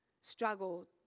struggle